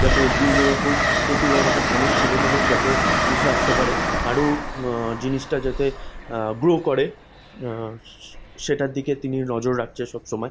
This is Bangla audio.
যাতে বিভিন্ন রকম প্রতিভাবান অনেক ছেলেমেয়ে যাতে উঠে আসতে পারে আরও জিনিসটা যাতে গ্রো করে সেটার দিকে তিনি নজর রাখছে সবসময়